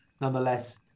nonetheless